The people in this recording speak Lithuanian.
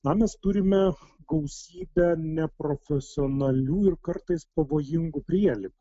na mes turime gausybę neprofesionalių ir kartais pavojingų prielipų